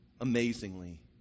amazingly